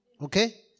Okay